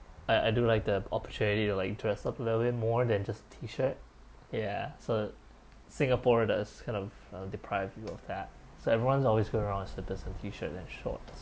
I I do like that opportunity to like dress up a little bit more than just T-shirt ya so singapore does kind of uh deprive you of that so everyone's always going around T-shirts and shorts